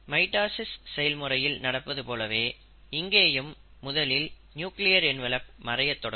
mitosis செயல்முறையில் நடப்பது போலவே இங்கேயும் முதலில் நியூக்ளியர் என்வலப் மறைய தொடங்கும்